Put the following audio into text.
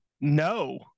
No